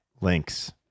links